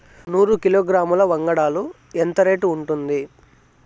నూరు కిలోగ్రాముల వంగడాలు ఎంత రేటు ఉంటుంది?